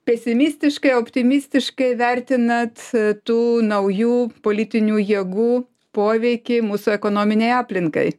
pesimistiškai optimistiškai vertinat tų naujų politinių jėgų poveikį mūsų ekonominei aplinkai